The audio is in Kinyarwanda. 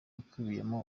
ikubiyemo